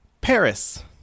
Paris